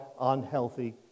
unhealthy